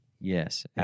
Yes